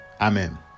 Amen